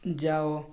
ଯାଅ